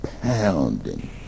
pounding